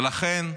ולכן,